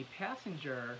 passenger